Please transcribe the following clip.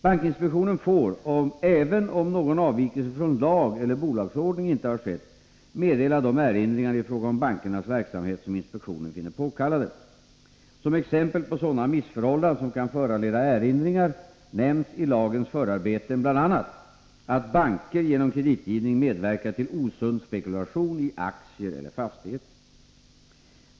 Bankinspektionen får, även om någon avvikelse från lag eller bolagsordning inte har skett, meddela de erinringar i fråga om bankernas verksamhet som inspektionen finner påkallade. Som exempel på sådana missförhållanden som kan föranleda erinringar nämns i lagens förarbeten bl.a. att banker genom kreditgivning medverkar till osund spekulation i aktier eller fastigheter.